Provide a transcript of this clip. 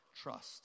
trust